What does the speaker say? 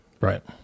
right